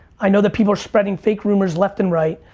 i know that people are spreading fake rumors left and right.